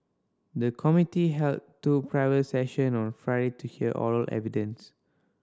the committee held two private session on Friday to hear oral evidence